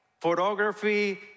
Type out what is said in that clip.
photography